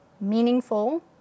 meaningful